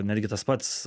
netgi tas pats